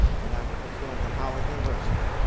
and i'm going to howard university.